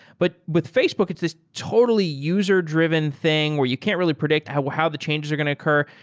but with facebook, it's this totally user driven thing where you can't really predict how how the changes are going to occur.